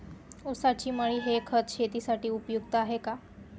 ऊसाची मळी हे खत शेतीसाठी उपयुक्त आहे का?